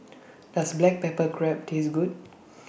Does Black Pepper Crab Taste Good